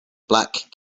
black